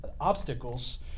obstacles